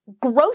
gross